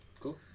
Cool